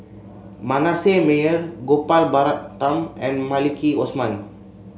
Manasseh Meyer Gopal Baratham and Maliki Osman